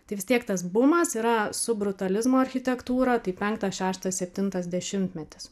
tai vis tiek tas bumas yra su brutalizmo architektūra tai penktas šeštas septintas dešimtmetis